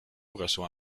reçoit